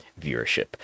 viewership